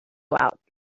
out